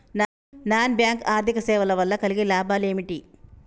Non bank ఆర్థిక సేవల వల్ల కలిగే లాభాలు ఏమిటి?